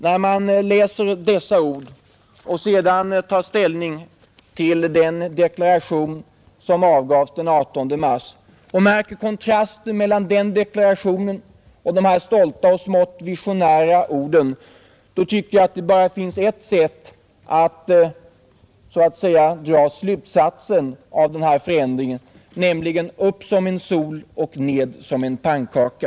När man läser dessa ord och sedan tar ställning till den deklaration som avgavs den 18 mars, när man märker kontrasten mellan den deklarationen och de här stolta och smått visionära orden, finns det, tycker jag, bara en slutsats att dra av denna förändring, nämligen: upp som en sol, ned som en pannkaka.